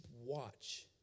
watch